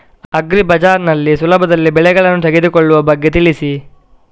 agri Bazaar ನಲ್ಲಿ ಸುಲಭದಲ್ಲಿ ಬೆಳೆಗಳನ್ನು ತೆಗೆದುಕೊಳ್ಳುವ ಬಗ್ಗೆ ತಿಳಿಸಿ